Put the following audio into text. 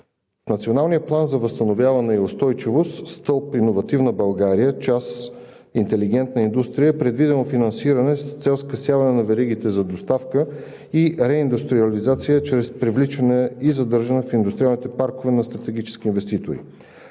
Националния план за възстановяване и устойчивост, в стълб „Иновативна България“, част „Интелигентна индустрия“ е предвидено финансиране с цел скъсяване на веригите за доставка и реиндустриализация чрез привличане и задържане в индустриалните паркове на стратегически инвеститори.